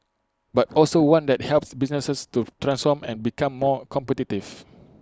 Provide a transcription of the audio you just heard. but also one that helps businesses to transform and become more competitive